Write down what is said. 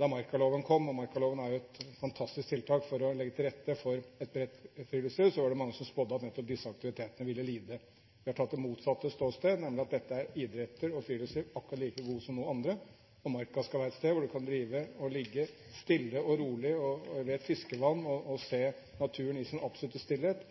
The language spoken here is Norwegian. Da markaloven kom – og markaloven er jo et fantastisk tiltak for å legge til rette for et bredt friluftsliv – var det mange som spådde at nettopp disse aktivitetene ville lide. Vi har inntatt det motsatte ståsted, nemlig at dette er idrett og friluftsliv akkurat like gode som noe annet. Marka skal være et sted hvor du kan ligge stille og rolig ved et fiskevann og se naturen i sin absolutte stillhet,